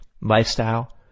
lifestyle